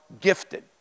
gifted